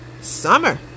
summer